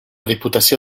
diputació